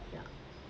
ya